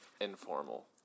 informal